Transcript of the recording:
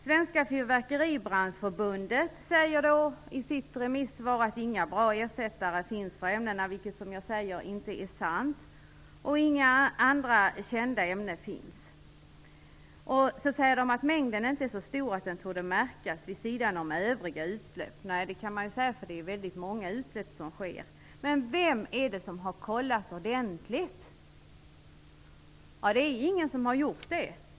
Svenska Fyrverkeribranschförbundet säger i sitt remissvar att det inte finns några bra ersättare för ämnena, vilket inte är sant. Sedan säger de att mängden inte är så stor att den torde märkas vid sidan av övriga utsläpp. Det kan man ju säga, eftersom det är väldigt många utsläpp som sker. Men vem är det som har kollat detta ordentligt? Det är ingen som har gjort det.